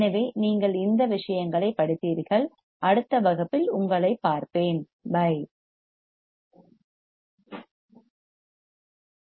எனவே நீங்கள் இந்த விஷயங்களைப் படித்தீர்கள் அடுத்த வகுப்பில் உங்களைப் பார்ப்பேன் வருகிறேன்